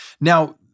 Now